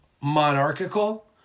monarchical